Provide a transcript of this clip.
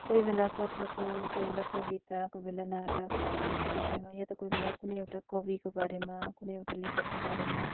कोही बेला कथाको कोही बेला कविता कोही बेला नाटक यस्तो विषयमा या त कोही बेला कुनै एउटा कविको बारेमा कुनै एउटा लेखकको बारेमा